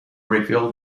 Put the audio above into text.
reveal